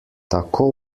tako